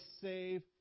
save